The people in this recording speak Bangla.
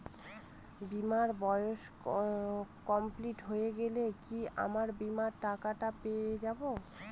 বীমার বয়স কমপ্লিট হয়ে গেলে কি আমার বীমার টাকা টা পেয়ে যাবো?